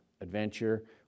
adventure